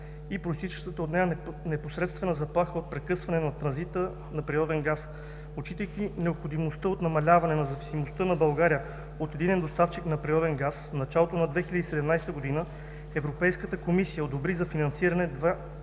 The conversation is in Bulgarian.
и произтичащата от нея непосредствена заплаха от прекъсване на транзита на природен газ. Отчитайки необходимостта от намаляване на зависимостта на България от един доставчик на природен газ, в началото на 2017 г. Европейската комисия одобри за финансиране